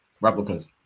Replicas